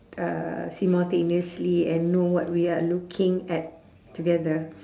uh simultaneously and know what we are looking at together